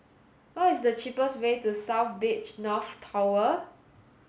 what is the cheapest way to South Beach North Tower